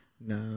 No